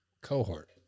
cohort